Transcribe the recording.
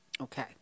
okay